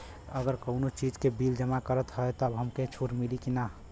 अगर कउनो चीज़ के बिल जमा करत हई तब हमके छूट मिली कि ना?